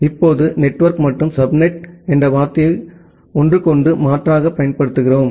இப்போது நெட்வொர்க் மற்றும் சப்நெட் என்ற வார்த்தையை ஒன்றுக்கொன்று மாற்றாகப் பயன்படுத்துகிறோம்